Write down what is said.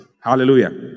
Hallelujah